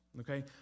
okay